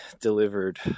delivered